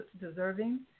deserving